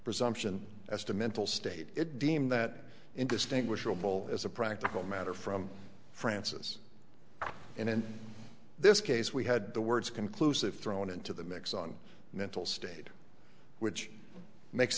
presumption as to mental state it deemed that indistinguishable as a practical matter from francis in in this case we had the words conclusive thrown into the mix on mental state which makes